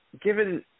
given